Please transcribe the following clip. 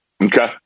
Okay